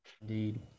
Indeed